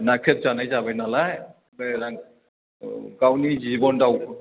नाख्रेबजानाय जाबाय नालाय बे रां औ गावनि जिबनाव